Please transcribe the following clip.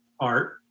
art